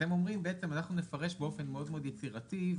אתם אומרים: אנחנו נפרש באופן מאוד מאוד יצירתי,